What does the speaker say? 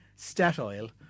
Statoil